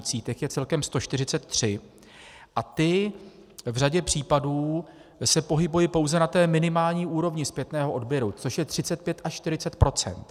Těch je celkem 143 a ty se v řadě případů pohybují pouze na té minimální úrovni zpětného odběru, což je 35 až 40 %.